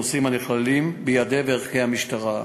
נושאים הנכללים ביעדי וערכי המשטרה,